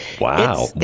Wow